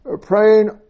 praying